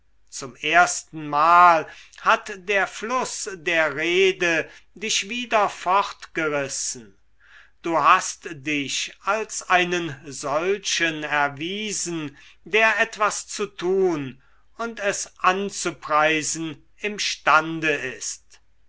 zum erstenmal hat der fluß der rede dich wieder fortgerissen du hast dich als einen solchen erwiesen der etwas zu tun und es anzupreisen imstande ist